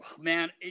man